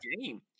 game